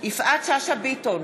בהצבעה יפעת שאשא ביטון,